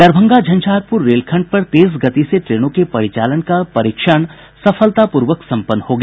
दरभंगा झंझारपुर रेलखंड पर तेज गति से ट्रेनों के परिचालन का परीक्षण सफलतापूर्वक सम्पन्न हो गया